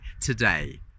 today